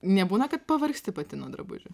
nebūna kad pavargsti pati nuo drabužių